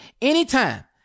anytime